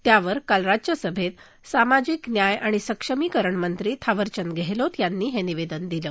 त्यावर काल राज्यसभेत सामाजिक न्याय आणि सक्षमीकरणमंत्री थावरचंद गेहलोत यांनी निवेदन दिलं